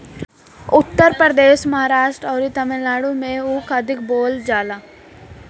उत्तर प्रदेश, महाराष्ट्र अउरी तमिलनाडु में ऊख अधिका बोअल जाला